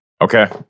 Okay